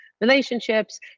relationships